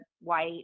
white